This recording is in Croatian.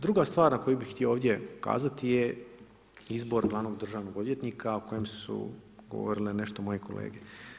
Druga stvar na koju bih htio ovdje ukazati, je izbor glavnog državnog odvjetnika o kojem su govorile nešto moje kolege.